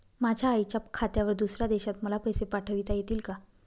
माझ्या आईच्या खात्यावर दुसऱ्या देशात मला पैसे पाठविता येतील का?